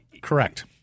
Correct